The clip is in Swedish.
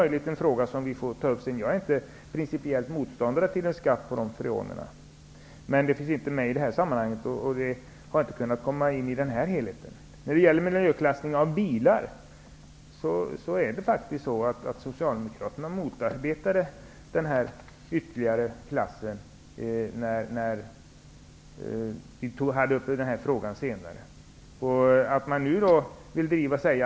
Möjligen får vi ta upp den frågan senare. Jag är inte principiellt motståndare till en skatt när det gäller de här freonerna. Den frågan finns dock inte med i detta sammanhang, så den har inte kommit med i helhetsbilden här. När det gäller miljöklassningen av bilar är det faktiskt så att Socialdemokraterna under en senare diskussion i frågan motarbetade detta med ytterligare ett steg i miljöklassningssystemet. Nu vill man driva frågan.